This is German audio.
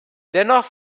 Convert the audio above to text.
dennoch